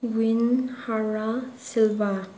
ꯋꯤꯟ ꯍꯔꯥ ꯁꯤꯜꯕꯥ